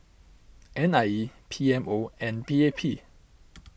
N I E P M O and P A P